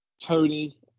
Tony